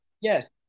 Yes